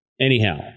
Anyhow